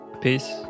Peace